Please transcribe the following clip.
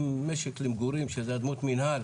אם משק למגורים, שזה אדמות מנהל